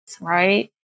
Right